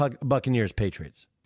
Buccaneers-Patriots